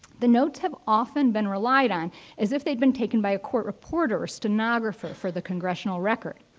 the notes have often been relied on as if they'd been taken by a court reporter or stenographer for the congressional record.